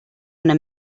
una